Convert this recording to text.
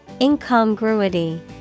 Incongruity